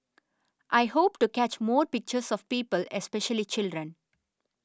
I hope to catch more pictures of people especially children